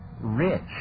rich